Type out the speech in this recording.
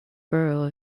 borough